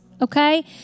okay